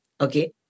Okay